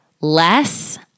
less